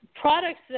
products